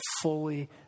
fully